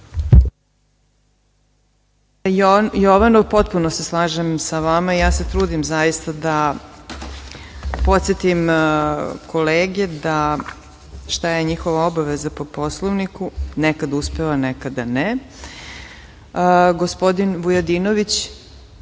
Jovanov, potpuno se slažem sa vama. Ja se trudim zaista da podsetim kolege šta je njihova obaveza po Poslovniku. Nekada uspeva, nekada ne. Gospodin Vujadinović. Izvolite.